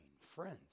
friends